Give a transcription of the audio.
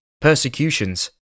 persecutions